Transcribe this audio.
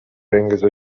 انقضا